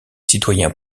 citoyens